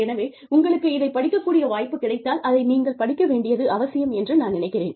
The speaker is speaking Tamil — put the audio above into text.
எனவே உங்களுக்கு இதைப் படிக்கக் கூடிய வாய்ப்பு கிடைத்தால் அதை நீங்கள் படிக்க வேண்டியது அவசியம் என்று நான் நினைக்கிறேன்